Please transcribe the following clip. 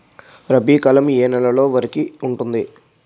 రబీ కాలం ఏ ఏ నెల వరికి ఉంటుంది?